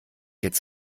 jetzt